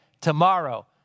tomorrow